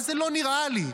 מה זה "לא נראה לי"?